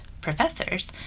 professors